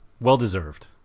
well-deserved